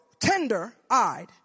tender-eyed